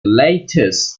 latest